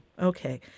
Okay